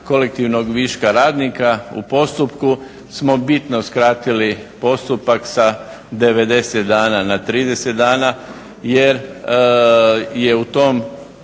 kolektivnog viška radnika u postupku smo bitno skratili postupak sa 90 dana na 30 dana. Jer je u tom